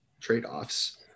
trade-offs